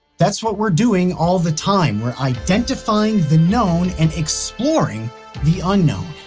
that's what we're doing, all the time. we're identifying the known and exploring the unknown.